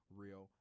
real